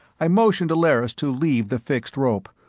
i motioned to lerrys to leave the fixed rope,